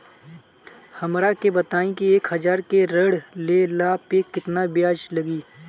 हमरा के बताई कि एक हज़ार के ऋण ले ला पे केतना ब्याज लागी?